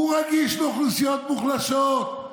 הוא רגיש לאוכלוסיות מוחלשות,